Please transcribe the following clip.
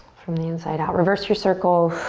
from the inside out. reverse your circle.